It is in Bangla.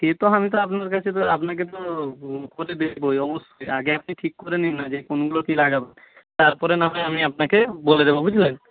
সে তো আমি তো আপনার কাছে তো আপনাকে তো দেখবোই অবশ্যই আগে আপনি ঠিক করে নিন না যে কোনগুলো কী লাগাবেন তারপরে না হয় আমি আপনাকে বলে দেবো বুঝলেন